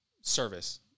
service